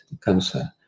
cancer